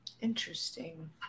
Interesting